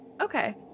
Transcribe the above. okay